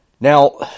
Now